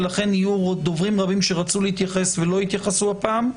ולכן יהיו דוברים רבים שרצו להתייחס ולא התייחסו הפעם,